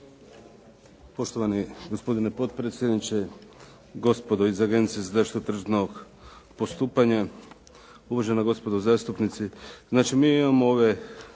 hvala vam